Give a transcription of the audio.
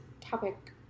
topic